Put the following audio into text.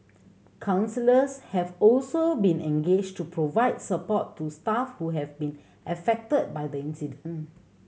counsellors have also been engaged to provide support to staff who have been affected by the incident